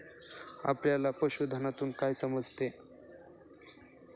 आपल्याला पशुधनातून काय समजते?